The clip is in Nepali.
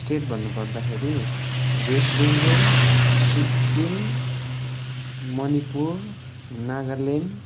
स्टेट भन्नु पर्दाखेरि वेस्ट बेङ्गाल सिक्किम मणिपुर नागाल्यान्ड